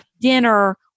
dinner